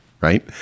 right